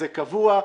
זה קבוע,